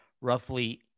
roughly